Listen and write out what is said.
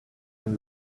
and